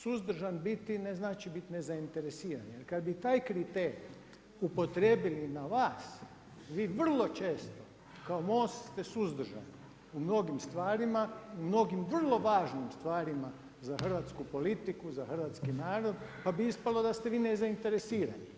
Suzdržan biti ne znači biti nezainteresiran jer kad bi taj kriterij upotrijebili na vas, vi vrlo često kao MOST ste suzdržani u mnogim stvarima, u mnogim vrlo važnim stvarima za hrvatsku politiku, za hrvatski narod, pa bi ispalo da ste vi nezainteresirani.